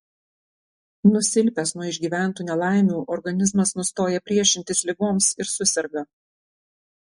nusilpęs nuo išgyventų nelaimių organizmas nustoja priešintis ligoms ir suserga